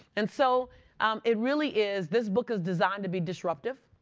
and so it really is this book is designed to be disruptive.